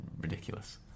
ridiculous